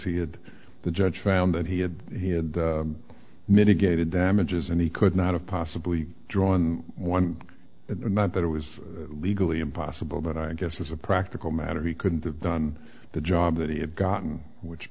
he had the judge found that he had he had mitigated damages and he could not have possibly drawn one not that it was legally impossible but i guess as a practical matter he couldn't have done the job that he had gotten which